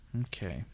Okay